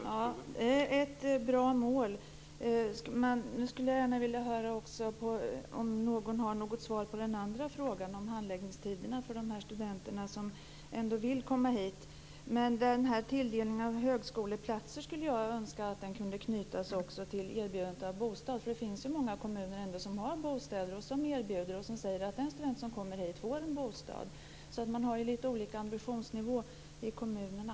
Herr talman! Det är ett bra mål. Men jag skulle också gärna vilja höra om någon har något svar på den andra frågan om handläggningstiderna för de utländska studenter som ändå vill komma hit. Jag skulle önska att tilldelningen av högskoleplatser kunde knytas till erbjudande om bostad, eftersom det ändå finns många kommuner som har bostäder och som säger att den student som kommer dit får en bostad. Man har alltså lite olika ambitionsnivåer i kommunerna.